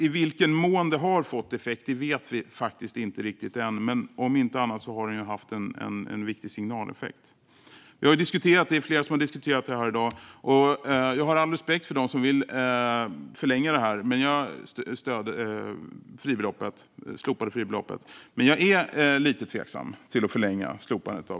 I vilken mån det har fått effekt vet vi inte riktigt än, men om inte annat har det haft en viktig signaleffekt. Det är flera som har diskuterat detta i dag. Jag har all respekt för dem som vill förlänga slopandet av fribeloppet, men jag är lite tveksam till att förlänga det.